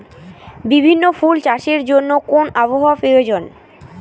বিভিন্ন ফুল চাষের জন্য কোন আবহাওয়ার প্রয়োজন?